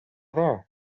there